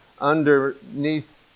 underneath